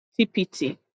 TPT